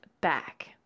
back